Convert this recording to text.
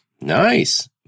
nice